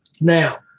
Now